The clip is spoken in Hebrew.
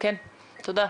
תודה.